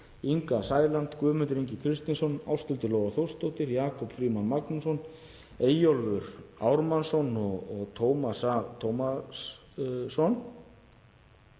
Inga Sæland, Guðmundur Ingi Kristinsson, Ásthildur Lóa Þórsdóttir, Jakob Frímann Magnússon, Eyjólfur Ármannsson og Tómas A. Tómasson.